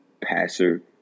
passer